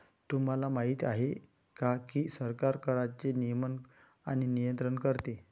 तुम्हाला माहिती आहे का की सरकार कराचे नियमन आणि नियंत्रण करते